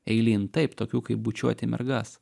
eilyn taip tokių kaip bučiuoti mergas